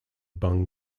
bung